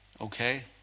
Okay